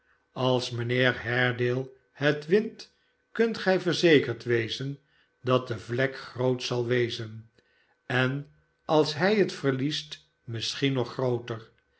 als mijnheer haredale het wint kunt gij verzekerd wezen dat de vlek sroot zal wezen en als hij het verliest misschien nog grooter